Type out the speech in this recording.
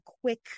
quick